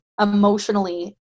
emotionally